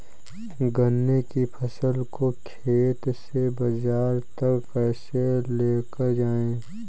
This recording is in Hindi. गन्ने की फसल को खेत से बाजार तक कैसे लेकर जाएँ?